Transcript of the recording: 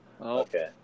Okay